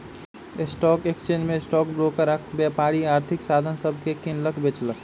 stock exchange में stock broker आऽ व्यापारी आर्थिक साधन सभके किनलक बेचलक